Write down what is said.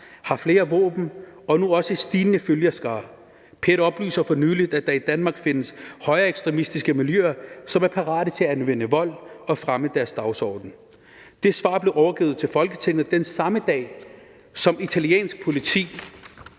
har flere våben og nu også en stigende følgerskare. PET oplyste for nylig, at der i Danmark findes højreekstremistiske miljøer, som er parate til at anvende vold for at fremme deres dagsorden. Det svar blev overgivet til Folketinget den samme dag, som italiensk politi